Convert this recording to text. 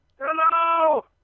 hello